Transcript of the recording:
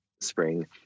spring